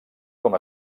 com